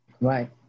Right